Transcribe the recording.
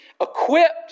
equipped